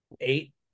eight